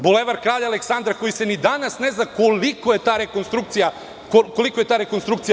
Bulevar kralja Aleksandra, za koji se ni danas ne zna koliko je ta rekonstrukcija koštala.